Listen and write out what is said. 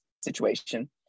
situation